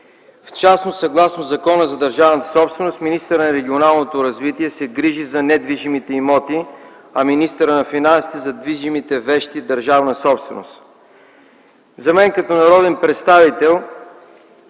В частност съгласно Закона за държавната собственост министърът на регионалното развитие и благоустройството се грижи за недвижимите имоти, а министърът на финансите – за движимите вещи и държавната собственост. За мен като народен представител